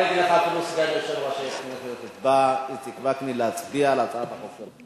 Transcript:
אפילו איציק וקנין בא להצביע על הצעת החוק שלך.